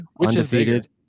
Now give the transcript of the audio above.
undefeated